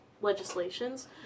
legislations